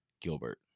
Gilbert